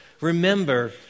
Remember